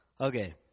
Okay